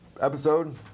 episode